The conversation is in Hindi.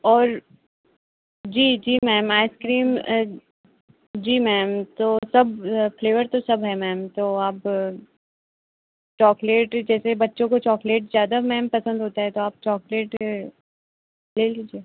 और जी जी मैम आइसक्रीम जी मैम तो सब फ़्लेवर तो सब है मैम तो आप चॉकलेट जैसे बच्चों को चॉकलेट ज़्यादा मैम पसंद होता है तो आप चॉकलेट ले लीजिए